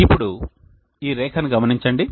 ఇప్పుడు ఈ రేఖను గమనించండి